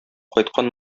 кайткан